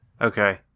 okay